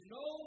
no